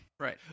Right